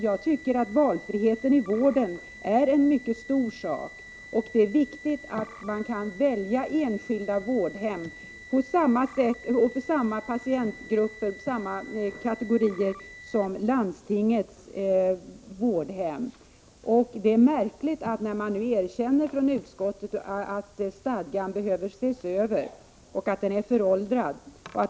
Jag tycker att valfriheten i vården är en mycket stor sak. Det är viktigt att man kan välja enskilda vårdhem för samma kategorier av patienter som man kan välja landstingets vårdhem för. Utskottet erkänner ju att stadgan är föråldrad och behöver ses över.